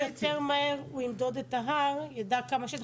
כמה שיותר מהר הוא ימדוד את ההר, הוא ידע כמה שטח.